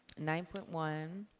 nine point one,